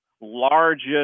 largest